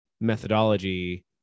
methodology